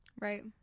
Right